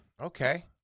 Okay